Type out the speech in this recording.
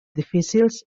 difícils